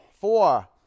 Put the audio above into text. Four